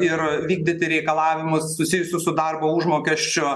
ir vykdyti reikalavimus susijusius su darbo užmokesčiu